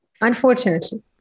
Unfortunately